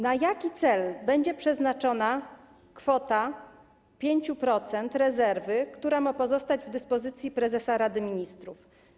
Na jaki cel będzie przeznaczone 5% rezerwy, która ma pozostać w dyspozycji prezesa Rady Ministrów?